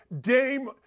Dame